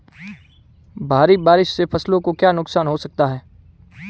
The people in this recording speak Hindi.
भारी बारिश से फसलों को क्या नुकसान हो सकता है?